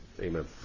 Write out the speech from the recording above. Amen